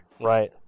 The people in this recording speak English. Right